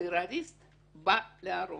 טרוריסט בא להרוג.